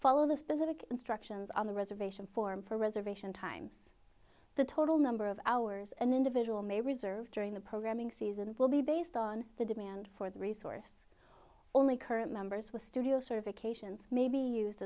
follow the specific instructions on the reservation form for reservation times the total number of hours an individual may reserve during the programming season will be based on the demand for the resource only current members were studio sort of occasions may be used